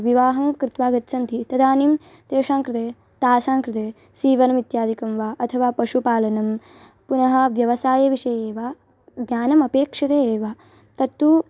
विवाहं कृत्वा गच्छन्ति तदानीं तेषां कृते तासां कृते सीवनमित्यादिकं वा अथवा पशुपालनं पुनः व्यवसायविषये वा ज्ञानमपेक्षते एव तत् तु